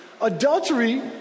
Adultery